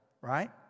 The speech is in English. right